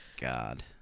God